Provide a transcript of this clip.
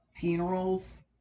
funerals